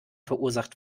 verursacht